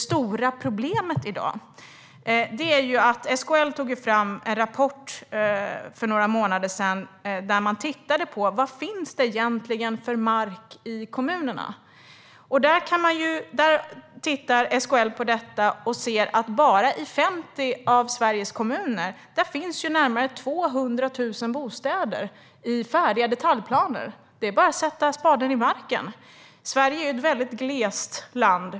SKL tog fram en rapport för några månader sedan där man tittade på vad det finns för mark i kommunerna. SKL såg då att i bara 50 av Sveriges kommuner fanns det närmare 200 000 bostäder i färdiga detaljplaner. Det är bara att sätta spaden i marken. Sverige är ett väldigt glest land.